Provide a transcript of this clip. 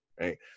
Right